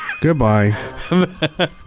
Goodbye